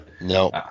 no